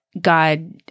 God